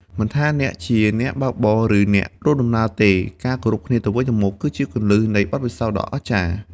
មិនថាអ្នកជាអ្នកបើកបរ ឬអ្នករួមដំណើរទេ ការគោរពគ្នាទៅវិញទៅមកគឺជាគន្លឹះនៃបទពិសោធន៍ដ៏អស្ចារ្យ។